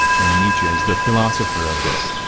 and nietzsche is the philosopher of this.